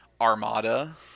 armada